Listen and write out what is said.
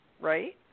right